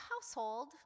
household